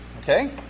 Okay